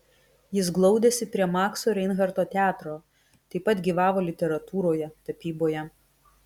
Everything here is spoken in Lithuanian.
jis glaudėsi prie makso reinharto teatro taip pat gyvavo literatūroje tapyboje